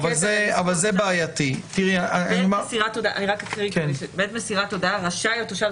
האוכלוסין: בעת מסירת ההודעה רשאי התושב,